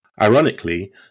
Ironically